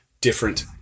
different